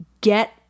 get